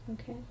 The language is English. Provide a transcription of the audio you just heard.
Okay